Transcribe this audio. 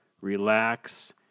relax